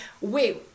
Wait